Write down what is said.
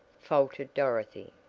faltered dorothy.